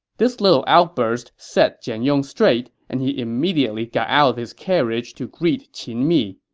this little outburst set jian yong straight, and he immediately got out of his carriage to greet qin mi.